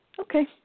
Okay